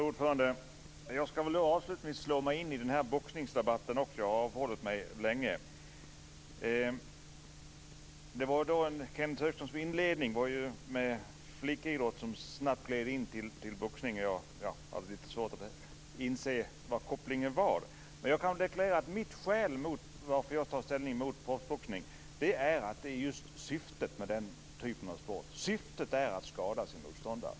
Fru talman! Avslutningsvis ska väl också jag slå mig in i boxningsdebatten. Jag har nu länge avhållit mig från det. Kenth Högström hade en inledning om flickidrotten för att snabbt glida in på boxningen. Jag har lite svårt att inse kopplingen där. Mitt skäl till att jag tar ställning mot proffsboxning är syftet med den typen av sport. Syftet är ju att skada motståndaren.